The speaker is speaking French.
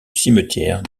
cimetière